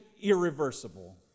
irreversible